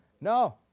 No